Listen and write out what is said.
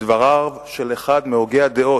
מדבריו של אחד מהוגי הדעות,